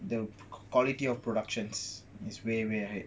the quality of productions is way way ahead